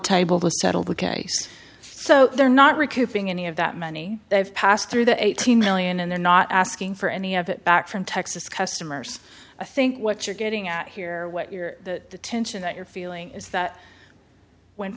table to settle the case so they're not recouping any of that money they've passed through the eighteen million and they're not asking for any of it back from texas customers i think what you're getting at here what you're the tension that you're feeling is that when